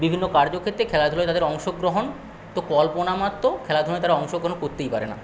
বিভিন্ন কার্যক্ষেত্রে খেলাধুলায় তাদের অংশগ্রহণ তো কল্পনামাত্র খেলাধুলায় তারা অংশগ্রহণ করতেই পারে না